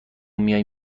میای